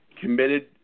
committed